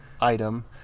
item